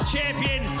Champion